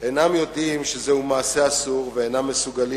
אינם יודעים שזהו מעשה אסור ואינם מסוגלים